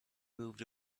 moved